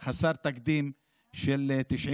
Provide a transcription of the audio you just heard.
חסר תקדים של 96